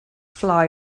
fly